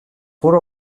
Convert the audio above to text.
four